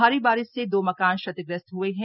भारी बारिश से दो मकान क्षतिग्रस्त हए हैं